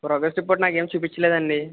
progress report నాకేం చూపించలేదండి